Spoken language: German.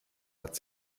hat